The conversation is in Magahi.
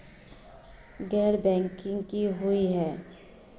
गैर बैंकिंग की हुई है?